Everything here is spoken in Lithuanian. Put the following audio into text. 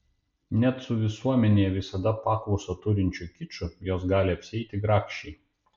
net su visuomenėje visada paklausą turinčiu kiču jos gali apsieiti grakščiai